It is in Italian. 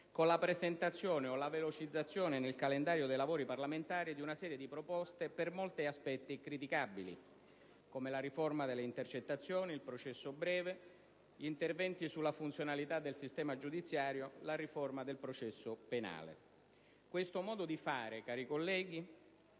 con la presentazione o la velocizzazione nel calendario dei lavori parlamentari di una serie di proposte per molti aspetti criticabili, come la riforma delle intercettazioni, il processo breve, gli interventi sulla funzionalità del sistema giudiziario, la riforma del processo penale. Questo modo di fare, cari colleghi